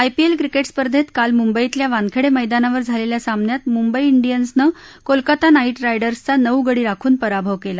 IPL cricket स्पर्धेत काल मुंबईतल्या वानखेडे मैदानावर झालेल्या सामन्यात मुंबई डियन्सन कोलकाता नाईट रायडर्सचा नऊ गडी राखून पराभव केला